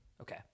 Okay